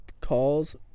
calls